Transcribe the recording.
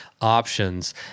options